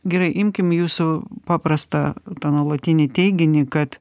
gerai imkim jūsų paprastą tą nuolatinį teiginį kad